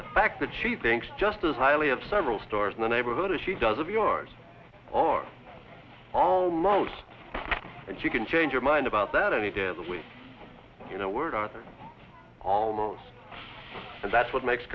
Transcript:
the fact that she thinks just as highly of several stores in the neighborhood as she does of yours or almost and you can change your mind about that any day of the week you know we're almost and that's what makes